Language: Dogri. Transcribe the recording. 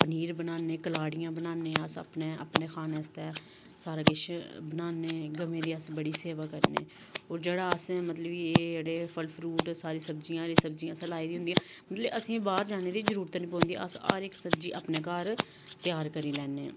पनीर बनान्ने कलाड़ियां बनान्ने अस अपने खाने आस्तै सारा किश बनान्ने गवें दी अस बड़ी सेवा करने होर जेह्ड़ा असें मतलब कि एह् जेह्ड़े फल फ्रूट सारियां सब्जियां हरी सब्जियां असें लाई दियां होंदियां मतलब असेंगी बाह्र जाने दी जरूरत ई नी पौंदी अस हर इक सब्जी अपने घर त्यार करी लैन्ने आं